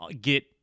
get